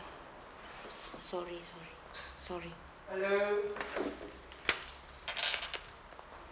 s~ sorry sorry sorry